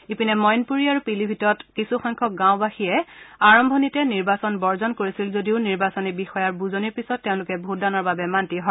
ইপিনে মঈনপুৰী আৰু পিলিভিটত কিছুসংখ্যক গাওঁবাসীয়ে আৰম্ভণিতে নিৰ্বাচন বৰ্জন কৰিছিল যদিও নিৰ্বাচনী বিষয়াৰ বুজনিৰ পিছত তেওঁলোকে ভোটদানৰ বাবে মান্তি হয়